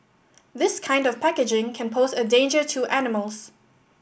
this kind of packaging can pose a danger to animals